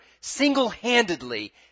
single-handedly